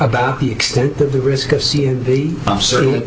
about the extent that the risk of seeing the certain